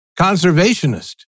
conservationist